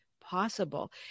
possible